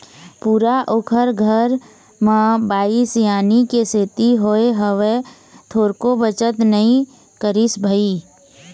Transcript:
पूरा ओखर घर म बाई सियानी के सेती होय हवय, थोरको बचत नई करिस भई